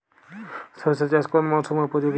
সরিষা চাষ কোন মরশুমে উপযোগী?